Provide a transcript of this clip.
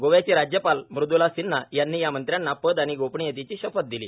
गोव्याचे राज्यपाल मुद्रला सिन्हा यांनी या मंत्र्यांना पद आणि गोपनीयतेची शपथ दिली